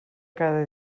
cada